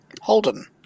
Holden